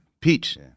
Peach